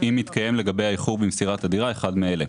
אם מתקיים לגבי האיחור במסירת הדירה אחד מאלה: